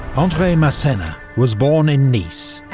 andre massena was born in nice,